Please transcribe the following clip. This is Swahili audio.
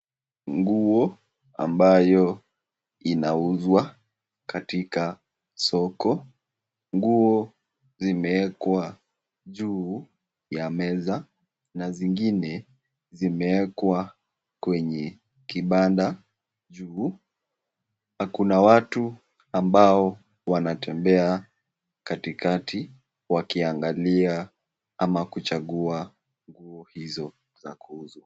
Nguo ambayo inauzwa katika soko. Nguo zimewekwa juu ya meza na zingine zimewekwa kwenye kibanda juu na kuna watu ambao wanatembea katikati wakiangalia ama kuchagua nguo hizo za kuuzwa.